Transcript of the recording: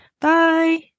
Bye